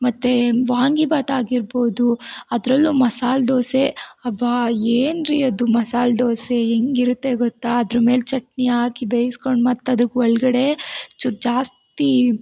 ಮತ್ತೆ ವಾಂಗಿಭಾತ್ ಆಗಿರ್ಬೋದು ಅದ್ರಲ್ಲೂ ಮಸಾಲೆ ದೋಸೆ ಅಬ್ಬಾ ಏನು ರೀ ಅದು ಮಸಾಲೆ ದೋಸೆ ಹೆಂಗಿರುತ್ತೆ ಗೊತ್ತಾ ಅದ್ರ ಮೇಲೆ ಚಟ್ನಿ ಹಾಕಿ ಬೇಯಿಸ್ಕೊಂಡು ಮತ್ತು ಅದಕ್ಕೆ ಒಳಗಡೇ ಚೂರು ಜಾಸ್ತೀ